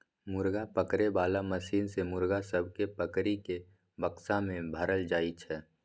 मुर्गा पकड़े बाला मशीन सँ मुर्गा सब केँ पकड़ि केँ बक्सा मे भरल जाई छै